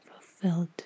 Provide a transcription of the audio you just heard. fulfilled